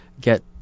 get